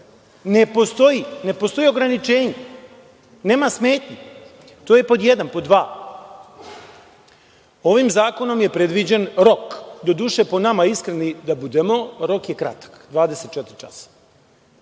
meru. Ne postoji ograničenje, nema smetnji, to je pod jedan. Pod dva, ovim zakonom je predviđen rok, doduše, po nama, iskreni da budemo, rok je kratak, 24 časa,